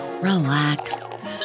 relax